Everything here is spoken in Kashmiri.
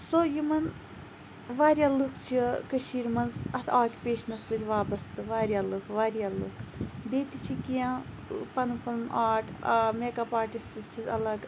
سو یِمَن واریاہ لُکھ چھِ کٔشیٖر مَنٛز اَتھ اوکیٚوپیشنَس سۭتۍ وابَسطہٕ واریاہ لُکھ واریاہ لُکھ بیٚیہِ تہِ چھِ کینٛہہ پَنُن پَنُن آٹ میک اَپ آٹِسٹٕس چھِ اَلَگ